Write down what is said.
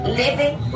living